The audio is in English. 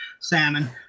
salmon